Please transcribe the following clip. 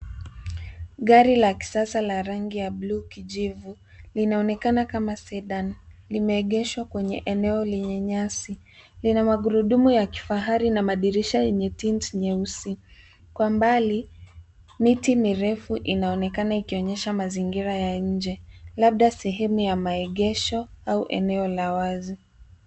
Gari la kisasa la rangi ya bluu-kijivu linaonekana kama Sedan limeegeshwa kwenye eneo lenye nyasi. Lina magurudumu ya kifahari na madirisha yenye tint nyeusi. Kwa mbali miti mirefu inaonekana ikionyesha mazingira ya nje labda sehemu ya maegesho au eneo la wazi.